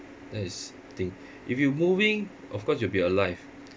that is the thing if you moving of course you'll be alive